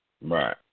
Right